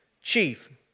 Chief